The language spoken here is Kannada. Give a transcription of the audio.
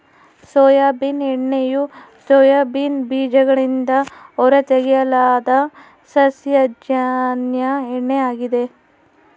ಸೋಯಾಬೀನ್ ಎಣ್ಣೆಯು ಸೋಯಾಬೀನ್ ಬೀಜಗಳಿಂದ ಹೊರತೆಗೆಯಲಾದ ಸಸ್ಯಜನ್ಯ ಎಣ್ಣೆ ಆಗಿದೆ